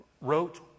wrote